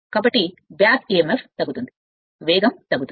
కాబట్టిబ్యాక్ Emf తగ్గుతుంది వేగం తగ్గుతుంది